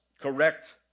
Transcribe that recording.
correct